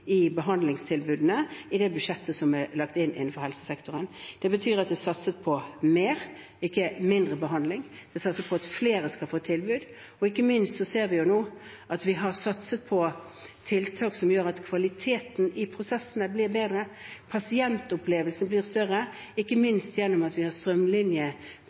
behandlingstilbudene i det budsjettet som det er lagt opp til innenfor helsesektoren. Det betyr at det er satset på mer, ikke mindre, behandling. Det er satset på at flere skal få et tilbud, og ikke minst ser vi jo nå at vi har satset på tiltak som gjør at kvaliteten i prosessene blir bedre. Pasientopplevelsen blir større ved at vi har